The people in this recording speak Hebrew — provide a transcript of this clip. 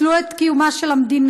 פסלו את קיומה של המדינה,